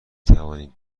توانید